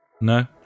no